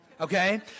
okay